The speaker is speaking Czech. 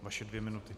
Vaše dvě minuty.